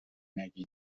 نگین